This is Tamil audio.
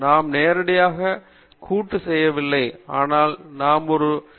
நாம் நேரடியாக கூட்டு செய்யவில்லை ஆனால் நாம் ஒருங்கிணைப்பு செய்கிறோம்